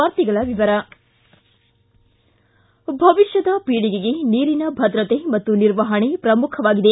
ವಾರ್ತೆಗಳ ವಿವರ ಭವಿಷ್ಣದ ಪೀಳಿಗೆಗೆ ನೀರಿನ ಭದ್ರತೆ ಮತ್ತು ನಿರ್ವಹಣೆ ಪ್ರಮುಖವಾಗಿದೆ